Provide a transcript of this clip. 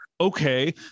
okay